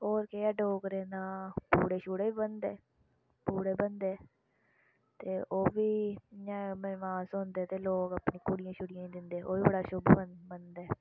होर केह् ऐ डोगरें दा पूड़े छुड़े बी बनदे पूड़े बनदे ते ओह् बी इ'यां बनबास होंदे ते लोक अपनी कुड़ियें छुड़ियें दिंदे ओह् बी बड़ा शुभ मन मनदे